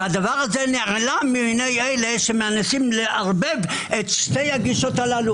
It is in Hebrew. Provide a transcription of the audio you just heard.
וזה נעלם מעיני אלה שמנסים לערבב את שתי הגישות האלה,